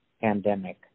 pandemic